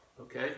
okay